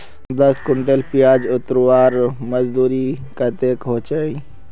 दस कुंटल प्याज उतरवार मजदूरी कतेक होचए?